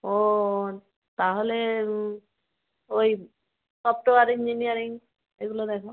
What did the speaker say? ও তাহলে ওই software engineering এগুলো দেখ